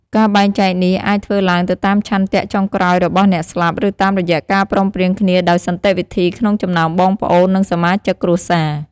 ការបែងចែកនេះអាចធ្វើឡើងទៅតាមឆន្ទៈចុងក្រោយរបស់អ្នកស្លាប់ ឬតាមរយៈការព្រមព្រៀងគ្នាដោយសន្តិវិធីក្នុងចំណោមបងប្អូន និងសមាជិកគ្រួសារ។